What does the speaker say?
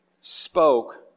spoke